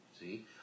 see